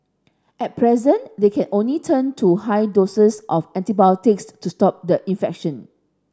at present they can only turn to high doses of antibiotics to stop the infection